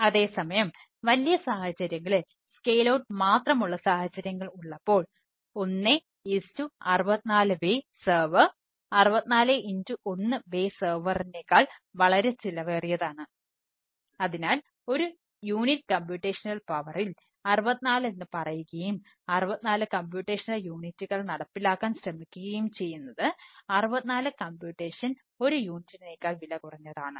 അതേസമയം വലിയ സാഹചര്യങ്ങളിൽ സ്കെയിൽ ഔട്ട് വിലകുറഞ്ഞതാണ്